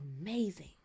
amazing